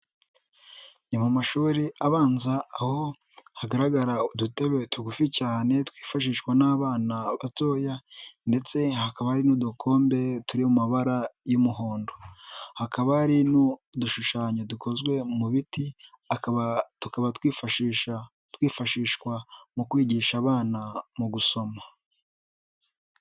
Ni mu mashuri abanza, aho hagaragara udutebe tugufi cyane twifashishwa n'abana batoya, ndetse hakaba hari n'udukombe turi mu mabara y'umuhondo, hakaba hari n'udushushanyo dukozwe mu biti, tukaba twifashishwa mu kwigisha abana mu gusoma.